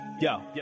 Yo